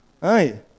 hey